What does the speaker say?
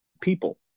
people